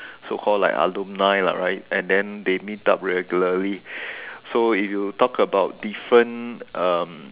so called like alumni lah right and then they meet up regularly so if you talk about different um